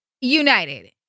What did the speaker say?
United